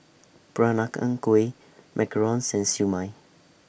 Peranakan Kueh Macarons and Siew Mai